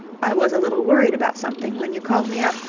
i was a little worried about something when you called me up,